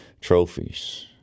trophies